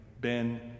Ben